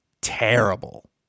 terrible